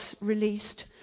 released